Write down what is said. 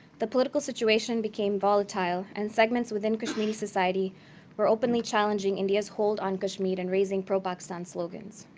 the political situation became volatile, and segments within kashmiri society were openly challenging india's hold on kashmir, and raising pro-pakistan slogans.